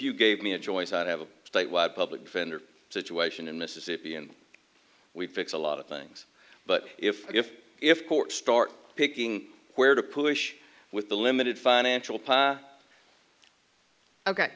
you gave me a choice i'd have a statewide public defender situation in mississippi and we fix a lot of things but if if if courts start picking where to push with the limited financial